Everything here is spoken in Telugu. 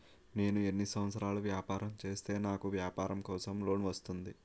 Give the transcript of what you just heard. నేను ఎన్ని సంవత్సరాలు వ్యాపారం చేస్తే నాకు వ్యాపారం కోసం లోన్ వస్తుంది?